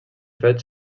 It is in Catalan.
fet